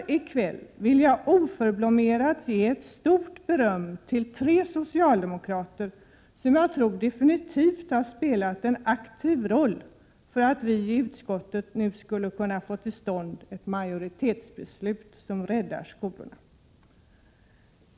I kväll vill jag oförblommerat verkligen berömma tre socialdemokrater, som jag tror definitivt har spelat en aktiv roll för att vi i utskottet nu skulle kunna få till stånd ett majoritetsbeslut som räddar de aktuella skolorna.